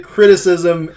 Criticism